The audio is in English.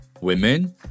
Women